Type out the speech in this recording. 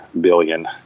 billion